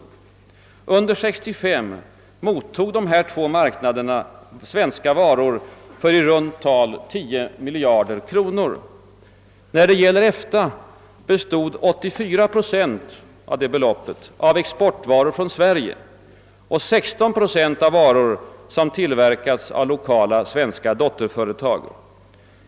Under 1965 mottog dessa två marknader svenska varor för i runt tal 10 miljarder kronor. När det gäller EFTA bestod 84 procent av detta belopp av exportvaror från Sverige och 16 procent av varor som tillverkats av lokala svenska dotterföretag.